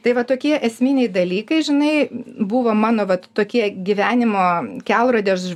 tai va tokie esminiai dalykai žinai buvo mano vat tokie gyvenimo kelrodės